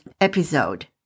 episode